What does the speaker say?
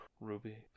Ruby